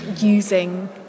using